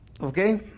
okay